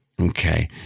Okay